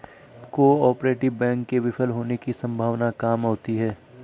cooperative bank के विफल होने की सम्भावना काम होती है